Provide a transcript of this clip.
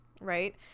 right